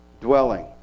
dwelling